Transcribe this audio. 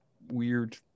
weird